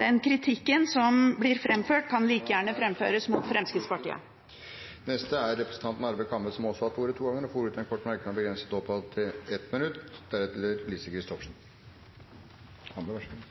den kritikken som blir framført, kan like gjerne framføres mot Fremskrittspartiet. Representanten Arve Kambe har hatt ordet to ganger og får ordet til en